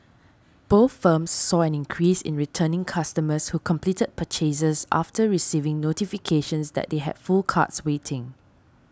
both firms saw an increase in returning customers who completed purchases after receiving notifications that they had full carts waiting